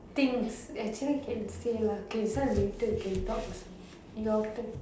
things actually can say lah k this one later can talk also your turn